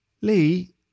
Lee